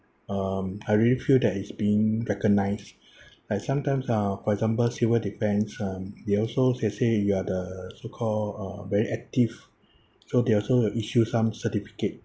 um I really feel that is being recognized like sometimes ah for example civil defence uh they also says !hey! you are the so-called uh very active so they also issue some certificate